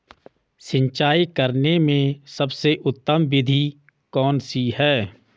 सिंचाई करने में सबसे उत्तम विधि कौन सी है?